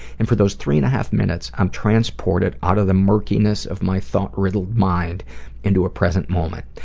and for those three-and-a-half minutes, i'm transported out of the murkiness of my thought-riddled mind into a present moment.